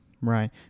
Right